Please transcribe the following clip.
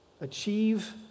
achieve